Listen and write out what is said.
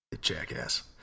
jackass